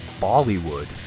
Bollywood